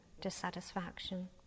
dissatisfaction